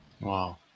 Wow